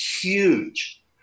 huge